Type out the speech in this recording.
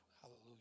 Hallelujah